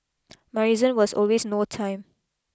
my reason was always no time